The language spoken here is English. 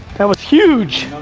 that was huge.